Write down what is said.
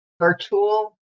virtual